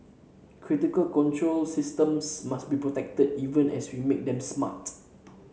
critical control systems must be protected even as we make them smart